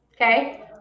okay